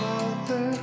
Father